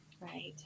right